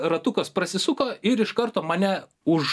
ratukas prasisuko ir iš karto mane už